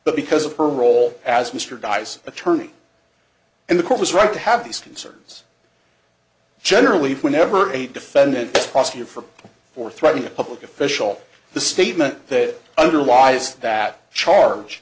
but because of her role as mr dyce attorney and the court was right to have these concerns generally whenever a defendant prosecute for or threatening a public official the statement that underlies that charge